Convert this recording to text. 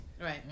Right